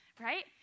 Right